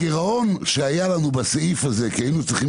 הגירעון שהיה לנו בסעיף הזה כי היינו צריכים,